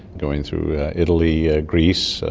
going through italy, ah greece,